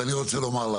אז אני רוצה לומר,